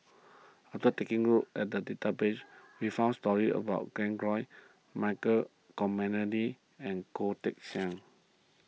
after taking a look at the database we found stories about Glen Goei Michael Olcomendy and Goh Teck Sian